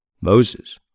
Moses